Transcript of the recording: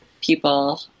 people